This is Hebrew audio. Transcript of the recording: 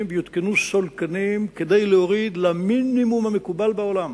ויותקנו סולקנים כדי להוריד למינימום המקובל בעולם